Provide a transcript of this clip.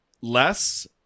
less